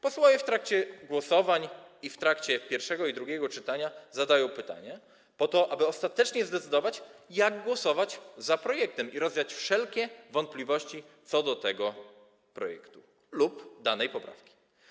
Posłowie w trakcie głosowań i w trakcie pierwszego i drugiego czytania zadają pytania po to, aby ostatecznie zdecydować, jak głosować w sprawie projektu i rozwiać wszelkie wątpliwości co do tego projektu lub danej poprawki.